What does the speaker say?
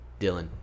Dylan